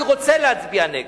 אני רוצה להצביע נגד,